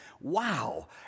Wow